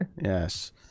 Yes